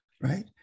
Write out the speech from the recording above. right